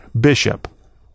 bishop